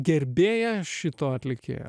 gerbėja šito atlikėja